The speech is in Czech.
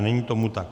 Není tomu tak.